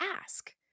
ask